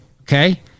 okay